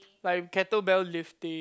like kettle bell lifting